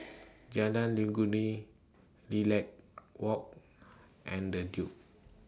Jalan Legundi Lilac Walk and The Duke